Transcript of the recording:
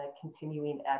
continuing